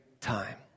time